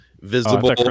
Visible